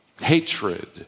hatred